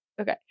okay